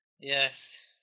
Yes